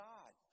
God